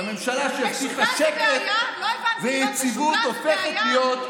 הממשלה, שהבטיחה שקט ויציבות, מה לעשות,